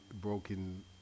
broken